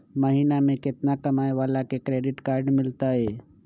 महीना में केतना कमाय वाला के क्रेडिट कार्ड मिलतै?